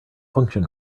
function